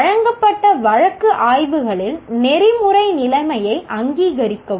வழங்கப்பட்ட வழக்கு ஆய்வுகளில் நெறிமுறை நிலைமையை அங்கீகரிக்கவும்